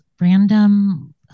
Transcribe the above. random